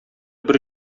бер